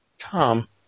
Tom